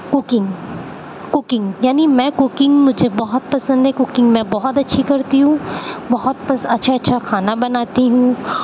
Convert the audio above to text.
cooking cooking یعنی میں cooking مجھے بہت پسند ہے کوکنگ میں بہت اچھی کرتی ہوں بہت اچھا اچھا کھانا بناتی ہوں